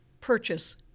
purchase